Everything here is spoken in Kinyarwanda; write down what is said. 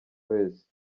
wese